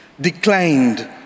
declined